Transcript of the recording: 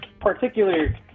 particular